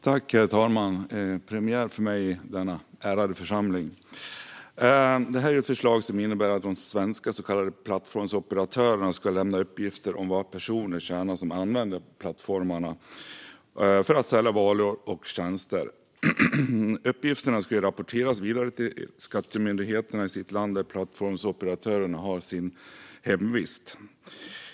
Herr talman! Det är premiär för mig i denna ärade församling. Det vi nu debatterar är ett förslag som innebär att svenska så kallade plattformsoperatörer ska lämna uppgifter om vad personer som använder plattformarna för att sälja varor och tjänster tjänar. Uppgifterna ska rapporteras vidare till skattemyndigheten i det land där plattformsoperatören har sin hemvist.